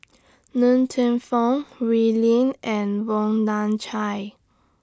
Ng Teng Fong Wee Lin and Wong Nai Chin